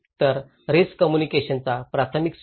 तर risk communication चा प्राथमिक सोर्स